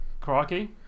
Crikey